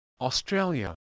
Australia